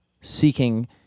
seeking